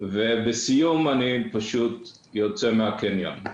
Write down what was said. ובסיום אני פשוט יוצא מהקניון.